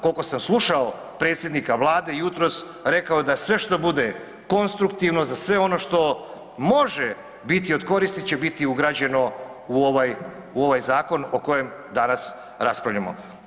Koliko sam sluša predsjednika Vlade jutros rekao je da sve što bude konstruktivno za sve ono što može biti od koristi će biti ugrađeno u ovaj, u ovaj zakon o kojem danas raspravljamo.